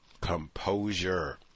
composure